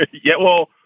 you get, well,